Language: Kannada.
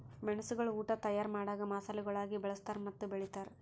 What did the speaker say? ಮೆಣಸುಗೊಳ್ ಉಟ್ ತೈಯಾರ್ ಮಾಡಾಗ್ ಮಸಾಲೆಗೊಳಾಗಿ ಬಳ್ಸತಾರ್ ಮತ್ತ ಬೆಳಿತಾರ್